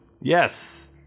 yes